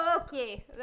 okay